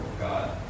God